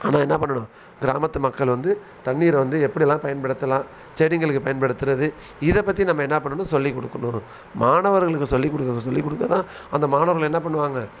ஆனால் என்ன பண்ணணும் கிராமத்து மக்கள் வந்து தண்ணீரை எப்படிலாம் பயன்படுத்தலாம் செடிகளுக்கு பயன்படுத்துகிறது இதை பற்றி நம்ம என்ன பண்ணணும் சொல்லி கொடுக்கணும் மாணவர்களுக்கு சொல்லி கொடுக்க சொல்லி கொடுக்க தான் அந்த மாணவர்கள் என்ன பண்ணுவாங்க